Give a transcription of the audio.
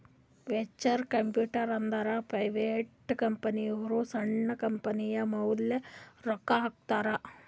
venture capital ಅಂದುರ್ private ಕಂಪನಿದವ್ರು ಸಣ್ಣು ಕಂಪನಿಯ ಮ್ಯಾಲ ರೊಕ್ಕಾ ಹಾಕ್ತಾರ್